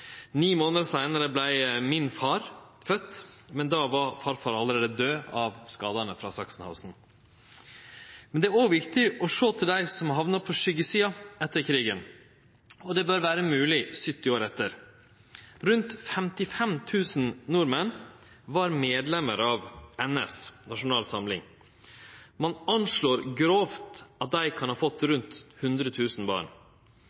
Ni månader seinare vart faren min fødd, men då var farfar allereie død av skadane frå Sachsenhausen. Men det er òg viktig å sjå til dei som hamna på skuggesida etter krigen, og det bør vere mogleg 70 år etter. Rundt 55 000 nordmenn var medlemmer av Nasjonal Samling, NS, og ein anslår grovt at dei kan ha fått rundt 100 000 barn.